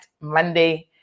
Monday